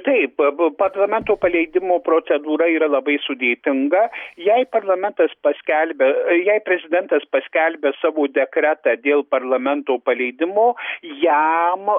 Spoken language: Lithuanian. taip b parlamento paleidimo procedūra yra labai sudėtinga jei parlamentas paskelbia jei prezidentas paskelbia savo dekretą dėl parlamento paleidimo jam